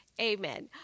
Amen